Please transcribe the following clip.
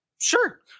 Sure